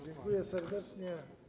Dziękuję serdecznie.